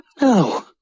No